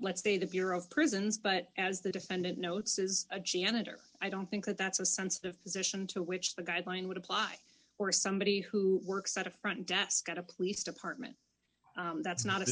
let's say the bureau of prisons but as the defendant notices achaean it or i don't think that that's a sensitive position to which the guideline would apply or somebody who works at a front desk at a police department that's not a